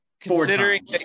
considering